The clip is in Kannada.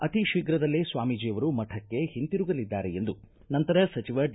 ಅತಿ ಶೀಘ್ರದಲ್ಲೇ ಸ್ವಾಮಿಜಿ ಅವರು ಮಠಕ್ಕೆ ಹಿಂತಿರುಗಲಿದ್ದಾರೆ ಎಂದು ನಂತರ ಸಚಿವ ಡಿ